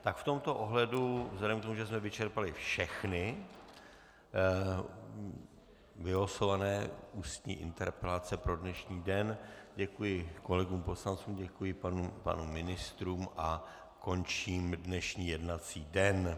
V tomto ohledu vzhledem k tomu, že jsme vyčerpali všechny vylosované ústní interpelace pro dnešní den, děkuji kolegům poslancům, děkuji pánům ministrům a končím dnešní jednací den.